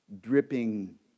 dripping